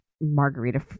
margarita